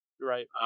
Right